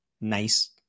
nice